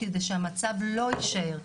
כדי שהמצב לא יישאר.